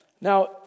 Now